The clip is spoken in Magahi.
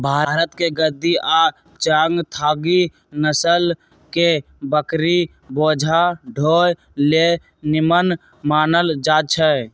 भारतके गद्दी आ चांगथागी नसल के बकरि बोझा ढोय लेल निम्मन मानल जाईछइ